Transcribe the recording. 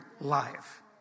life